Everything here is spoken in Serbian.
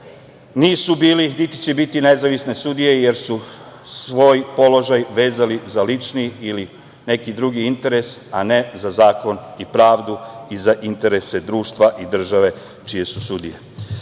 nisu bili, niti će biti nezavisne sudije, jer su svoj položaj vezali za lični ili neki drugi interes, a ne za zakon i pravdu i za interese društva i države čije su sudije. Uveren